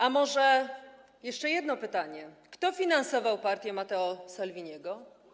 A może jeszcze jedno pytanie: Kto finansował partię Matteo Salviniego?